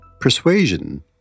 Persuasion